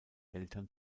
eltern